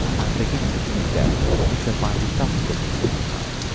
i'm beginning to think that it's a mighty tough business anyhow.